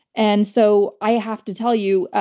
and so i have to tell you,